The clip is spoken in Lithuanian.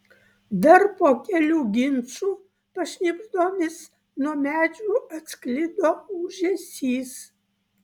dar po kelių ginčų pašnibždomis nuo medžių atsklido ūžesys